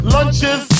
Lunches